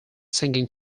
singing